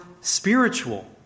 spiritual